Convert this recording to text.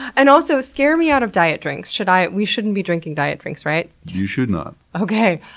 and also, scare me out of diet drinks. should i. we shouldn't be drinking diet drinks, right? you should not. okay.